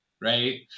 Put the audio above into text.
Right